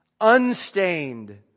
unstained